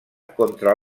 contra